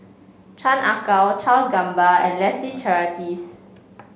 Chan Ah Kow Charles Gamba and Leslie Charteris